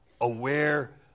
aware